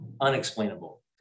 unexplainable